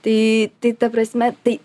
tai tai ta prasme tai